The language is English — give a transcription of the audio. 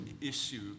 issue